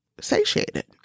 satiated